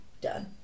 done